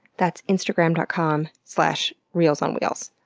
that's instagram dot com slash reelsonwheels.